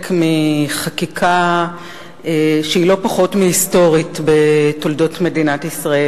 מחקיקה שהיא לא פחות מהיסטורית בתולדות מדינת ישראל.